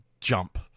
jump